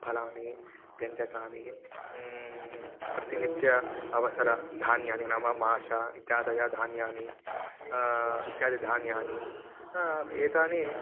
फलानि व्यञ्जकानि प्रतिनित्यम् अवसराणि धान्यानि नाम माषः इत्यादीनि धान्यानि इत्यादिधान्यानि एतानि